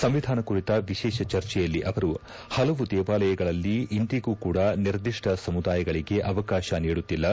ಸಂವಿಧಾನ ಕುರಿತ ವಿಶೇಷ ಚರ್ಚೆಯಲ್ಲಿ ಅವರು ಪಲವು ದೇವಾಲಯಗಳಲ್ಲಿ ಇಂದಿಗೂ ಕೂಡಾ ನಿರ್ದಿಷ್ಠ ಸಮುದಾಯಗಳಿಗೆ ಅವಕಾಶ ನೀಡುತ್ತಿಲ್ಲ